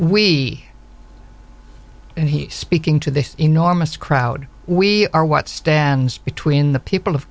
he speaking to this enormous crowd we are what stands between the people of